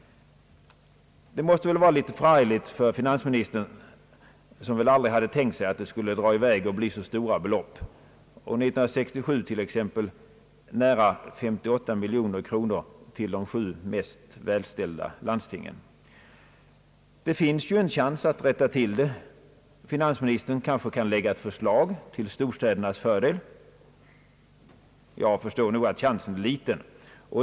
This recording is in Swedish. Det måste väl vara litet förargligt för finansministern, som väl aldrig hade tänkt sig att det skulle dra i väg och bli så stora belopp, år 1967 t.ex. nära 58 miljoner till de sju mest välställda landstingen. Det finns ju en chans att rätta till det. Finansministern kan kanske lägga ett förslag till storstädernas fördel. Jag förstår nog att chansen är liten.